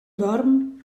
dorm